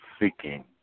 seeking